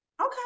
Okay